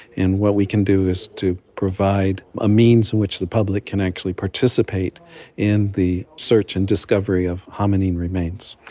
and what we can do is to provide a means in which the public can actually participate in the search and discovery of hominid remains.